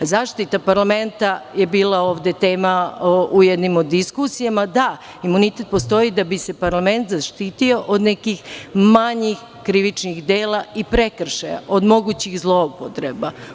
Zaštita parlamenta je bila ovde tema u jednim od diskusija, da imunitet postoji da bi se parlament zaštitio od nekih manjih krivičnih dela i prekršaja od mogućih zloupotreba.